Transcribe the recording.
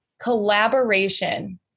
collaboration